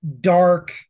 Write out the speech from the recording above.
dark